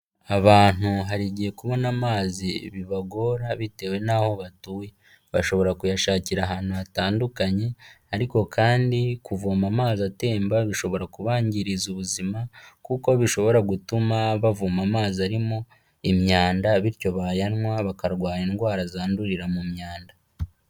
Abantu hari igihe kubona amazi bibagora bitewe n'aho batuye. Bashobora kuyashakira ahantu hatandukanye, ariko kandi kuvoma amazi atemba bishobora kubangiriza ubuzima, kuko bishobora gutuma bavoma amazi arimo imyanda, bityo bayanywa bakarwara indwara zandurira mu myanda.